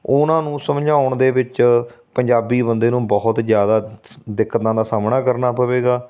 ਉਹਨਾਂ ਨੂੰ ਸਮਝਾਉਣ ਦੇ ਵਿੱਚ ਪੰਜਾਬੀ ਬੰਦੇ ਨੂੰ ਬਹੁਤ ਜ਼ਿਆਦਾ ਸ ਦਿੱਕਤਾਂ ਦਾ ਸਾਹਮਣਾ ਕਰਨਾ ਪਵੇਗਾ